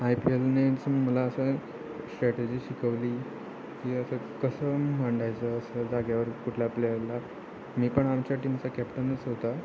I पी एलनेच मला असं एक स्ट्रॅटजी शिकवली की असं कसं मांडायचं असं जाग्यावर कुठल्या प्लेअरला मी पण आमच्या टीमचा कॅप्टनच होता